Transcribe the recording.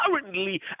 currently